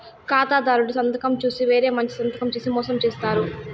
ఖాతాదారుడి సంతకం చూసి వేరే మంచి సంతకం చేసి మోసం చేత్తారు